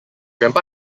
grandpa